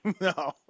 No